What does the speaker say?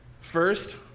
First